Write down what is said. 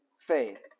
faith